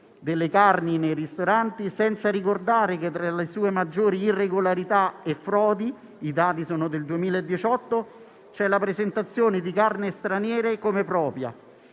delle carni nei ristoranti, senza ricordare che tra le sue maggiori irregolarità e frodi - i dati sono del 2018 - c'è la presentazione di carni straniere come proprie.